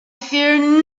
fear